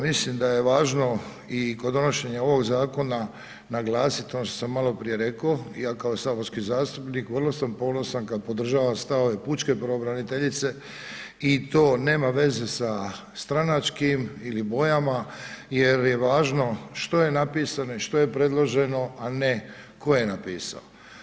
Mislim da je važno i kod donošenje ovog zakona, naglasiti, ono što sam maloprije rekao, ja kao saborski zastupnik, vrlo sam ponosan, kada podržavam stavove, pučke pravobraniteljice i to nema veze sa stranačkim ili bojama, jer je važno, što je napisano i što je predloženo, a ne ko je napisao.